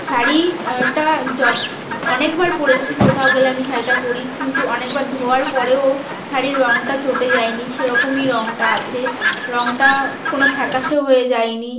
শাড়িটা যত্ অনেকবার পরেছি কোথাও গেলে আমি শাড়িটা পরি কিন্তু অনেকবার ধোয়ার পরেও শাড়ির রঙটা চটে যায় নি সে রকমই রঙটা আছে রঙটা কোনো ফ্যাকাসেও হয়ে যায় নি